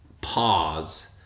pause